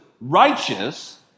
righteous